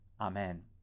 Amen